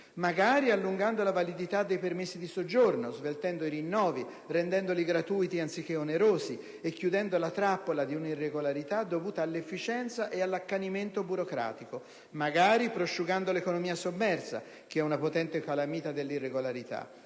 magari allungando la validità dei permessi di soggiorno, sveltendo i rinnovi, rendendoli gratuiti anziché onerosi; magari chiudendo la trappola di un'irregolarità dovuta all'inefficienza e all'accanimento burocratico; magari prosciugando l'economia sommersa, potente calamita dell'irregolarità.